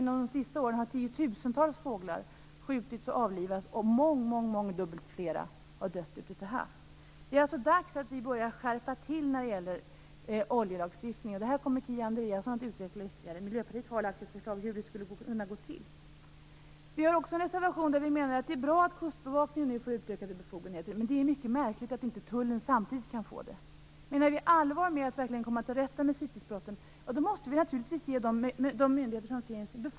Under de senaste åren har tiotusentals fåglar skjutits och avlivats. Och mångdubbelt flera har dött ute till havs. Det är alltså dags att vi börjar skärpa oljelagstiftningen. Detta kommer Kia Andreasson att utveckla ytterligare. Miljöpartiet har lagt fram ett förslag om hur det skulle kunna gå till. Men det är mycket märkligt att inte Tullen samtidigt kan få det.